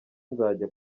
nzajya